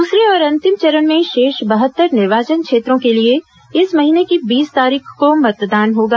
दूसरे और अंतिम चरण में शेष बहत्तर निर्वाचन क्षेत्रों के लिए इस महीने की बीस तारीख को मतदान होगा